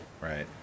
right